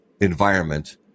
environment